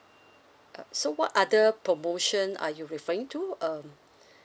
uh so what other promotion are you referring to um